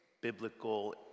biblical